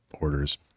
orders